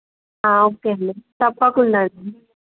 okay అండి తప్పకుండా